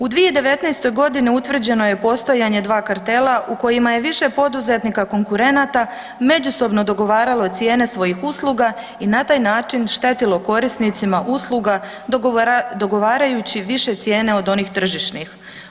U 2019.g. utvrđeno je postojanje 2 kartela u kojima je više poduzetnika konkurenata međusobno dogovaralo cijene svojih usluga i na taj način štetilo korisnicama usluga dogovarajući više cijene od onih tržišnih.